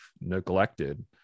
neglected